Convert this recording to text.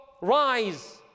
rise